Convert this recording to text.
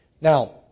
Now